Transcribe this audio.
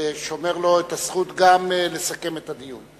ושומר לו את הזכות גם לסכם את הדיון.